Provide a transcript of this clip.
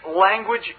language